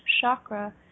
chakra